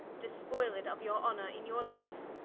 despoyled of your honor in your life,